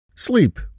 Sleep